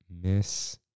Miss